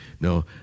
No